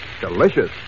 Delicious